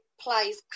plays